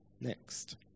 next